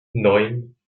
neun